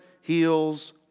heals